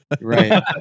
Right